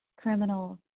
criminal